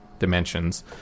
dimensions